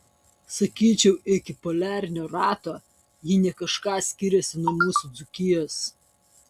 sakyčiau iki poliarinio rato ji ne kažką skiriasi nuo mūsų dzūkijos